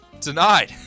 tonight